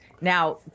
Now